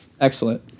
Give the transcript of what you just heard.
excellent